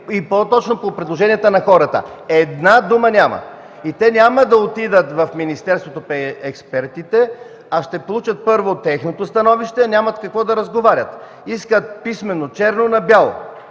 и по-точно по предложенията на хората. Една дума няма! И те няма да отидат в министерството при експертите, а ще получат първо тяхното становище. Няма какво да разговарят! Искат писмено, черно на бяло